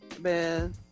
man